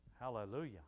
Hallelujah